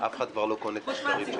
אף אחד כבר לא קונה את השקרים שלכם.